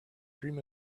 dream